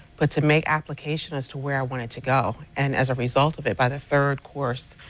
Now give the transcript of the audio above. but to make application as to where i wanted to go. and as a result of it, by the third course,